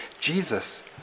Jesus